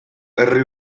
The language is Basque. herri